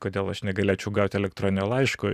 kodėl aš negalėčiau gauti elektroninio laiško